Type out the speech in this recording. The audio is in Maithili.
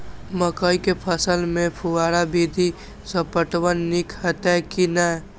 मकई के फसल में फुहारा विधि स पटवन नीक हेतै की नै?